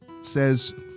says